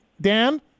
Dan